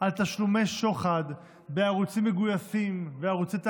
על תשלומי שוחד וערוצים מגויסים וערוצי תעמולה.